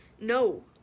No